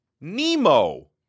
Nemo